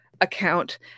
account